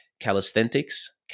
Calisthenics